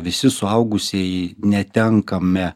visi suaugusieji netenkame